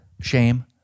Shame